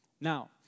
Now